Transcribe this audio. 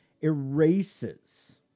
erases